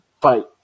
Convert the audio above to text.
fight